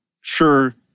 sure